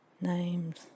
names